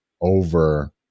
over